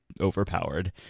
overpowered